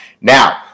Now